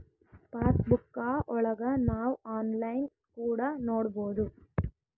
pass ಬುಕ್ಕಾ ಒಳಗ ನಾವ್ ಆನ್ಲೈನ್ ಕೂಡ ನೊಡ್ಬೋದು